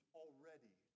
already